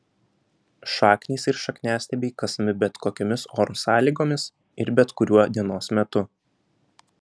šaknys ir šakniastiebiai kasami bet kokiomis oro sąlygomis ir bet kuriuo dienos metu